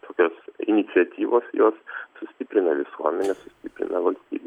tokios iniciatyvos jos sustiprina visuomenę sustiprina valstybę